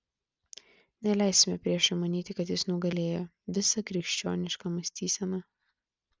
neleisime priešui manyti kad jis nugalėjo visą krikščionišką mąstyseną